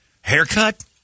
haircut